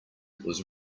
was